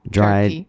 Dried